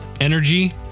energy